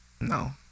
No